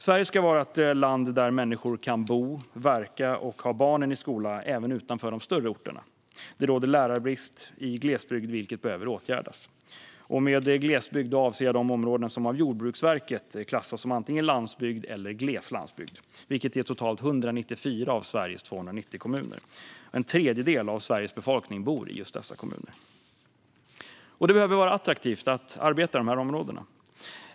Sverige ska vara ett land där människor kan bo, verka och ha barnen i skola även utanför de större orterna. Det råder lärarbrist i glesbygd, vilket behöver åtgärdas. Med glesbygd avser jag de områden som av Jordbruksverket klassas som antingen landsbygd eller gles landsbygd, vilket är totalt 194 av Sveriges 290 kommuner. En tredjedel av Sveriges befolkning bor i dessa kommuner. Det behöver bli attraktivt att arbeta i dessa områden.